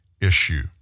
issue